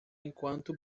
enquanto